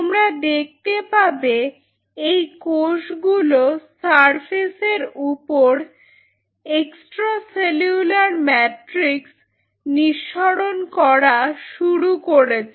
তোমরা দেখতে পাবে এই কোষগুলো সারফেস এর উপর এক্সট্রা সেলুলার ম্যাট্রিক্স নিঃসরণ করা শুরু করেছে